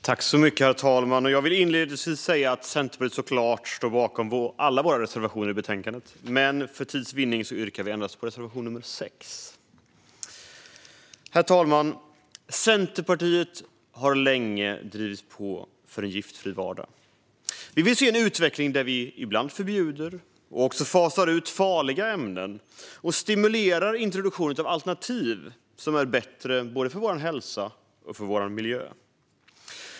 Herr talman! Jag vill inledningsvis säga att vi i Centerpartiet såklart står bakom alla våra reservationer i betänkandet, men för tids vinnande yrkar jag bifall endast till reservation nr 6. Herr talman! Centerpartiet har länge drivit på för en giftfri vardag. Vi vill se en utveckling där vi ibland förbjuder och också fasar ut farliga ämnen och stimulerar introduktionen av alternativ som är bättre för både vår hälsa och vår miljö.